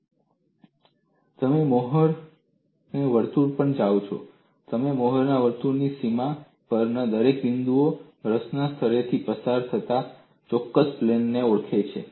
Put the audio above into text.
જ્યારે તમે મોહરના વર્તુળ પર જાઓ છો ત્યારે મોહરના વર્તુળની સીમા પરનો દરેક બિંદુ રસના સ્થળેથી પસાર થતા ચોક્કસ પ્લેનને ઓળખે છે